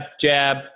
jab